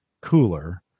cooler